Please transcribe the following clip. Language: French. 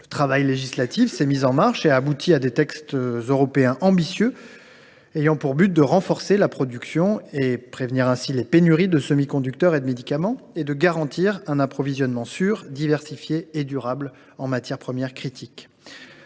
le travail législatif s’est mis en marche et a abouti à des textes européens ambitieux ayant pour but de renforcer la production et de prévenir de la sorte les pénuries de semi conducteurs et de médicaments, ainsi que de garantir un approvisionnement sûr, diversifié et durable en matières premières critiques.